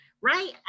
right